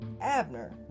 Abner